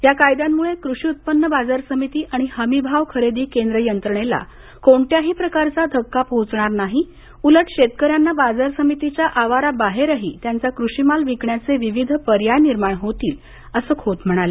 या कायद्यामुळे कृषी उत्पन्न बाजार समिती आणि हमी भाव खरेदी केंद्र यंत्रणेला कोणत्याही प्रकारचा धक्का पोहोचणार नाही उलट शेतकऱ्यांना बाजार समितीच्या आवारा बाहेरही त्यांचा कृषी माल विकण्याचे विविध पर्याय निर्माण होतील असं खोत म्हणाले